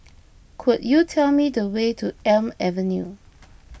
could you tell me the way to Elm Avenue